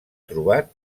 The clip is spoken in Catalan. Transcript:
trobat